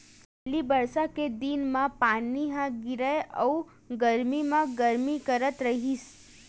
पहिली बरसा के दिन म पानी ह गिरय अउ गरमी म गरमी करथ रहिस